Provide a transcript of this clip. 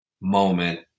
moment